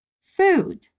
food